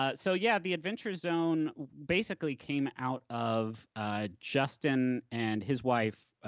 ah so, yeah, the adventure zone basically came out of justin and his wife